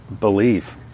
believe